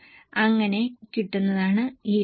അങ്ങനെ കിട്ടുന്നതാണ് ഈ 200000